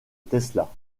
tesla